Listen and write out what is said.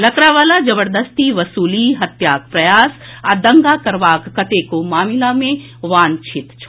लकड़ावाला जबरदस्ती वसूली हत्याक प्रयास आ दंगा करबाक कतेको मामिला मे वांछित छल